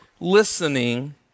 listening